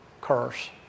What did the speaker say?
curse